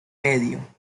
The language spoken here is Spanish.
medio